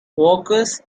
workers